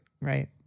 Right